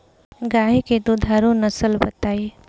गाय के दुधारू नसल बताई?